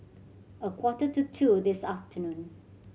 a quarter to two this afternoon